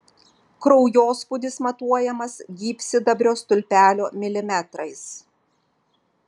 kraujospūdis matuojamas gyvsidabrio stulpelio milimetrais